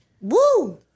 Woo